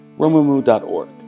Romumu.org